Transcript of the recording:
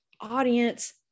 audience